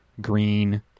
green